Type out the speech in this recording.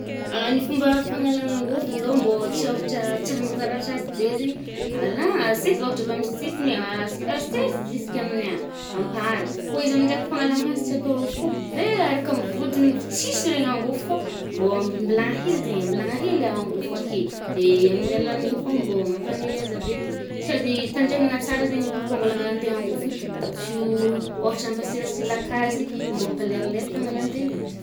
Ny fomba fanalàna angôfo zao mbô tsy ôhatra tsy hamparatra azy be zaigny i, alà, asesy ôhatra avy amy sisigny as-asesy zisiky amin’ny ampara. Fô izy aminjeho fanalàna anazy tsy atô foho be araka ny vodiny fo tsisy le angôfo fa mbô ambilambilà hely zaigny eh, ambilagna hely le angofo ake de amin’ny alalan’i fô mbô mampagniry azy ave de tsy azy tandremagna tsara zaigny i coupe ongle agnalàn-tegna angofo i mbô tsy ho ôhatra ampasilasilaka azy fô mbô ampaleralera fagnalan-tegna azyfô.